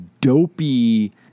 dopey